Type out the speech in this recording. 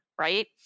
right